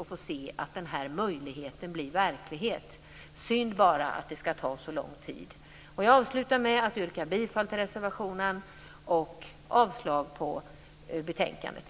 att få se den här möjligheten bli verklighet. Det är bara synd att det ska ta så lång tid. Jag avslutar med att yrka bifall till reservationen och avslag på hemställan i betänkandet.